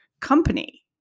company